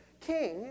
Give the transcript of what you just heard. king